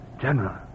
General